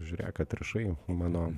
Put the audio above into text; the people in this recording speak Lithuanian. žiūrėk atrišai mano